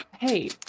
Hey